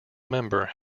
member